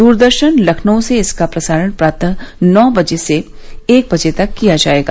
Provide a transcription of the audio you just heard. दूरदर्शन लखनऊ से इसका प्रसारण प्रातः नौ से एक बजे तक किया जायेगा